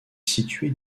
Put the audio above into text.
située